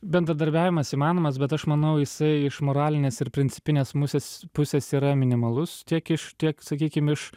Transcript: bendradarbiavimas įmanomas bet aš manau jisai iš moralinės ir principinės musės pusės yra minimalus tiek iš tiek sakykim iš